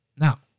Now